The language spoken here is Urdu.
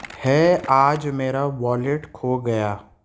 ہے آج میرا والیٹ کھو گیا